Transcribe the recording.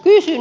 kysyn